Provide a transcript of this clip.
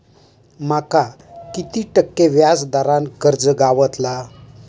माका किती टक्के व्याज दरान कर्ज गावतला?